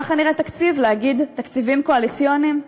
ככה נראה תקציב, להגיד "תקציבים קואליציוניים"?